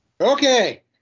Okay